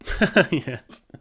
Yes